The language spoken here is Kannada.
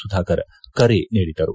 ಸುಧಾಕರ್ ಕರೆ ನೀಡಿದರು